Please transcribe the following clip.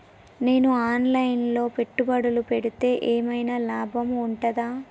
నేను online లో పెట్టుబడులు పెడితే ఏమైనా లాభం ఉంటదా?